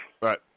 Right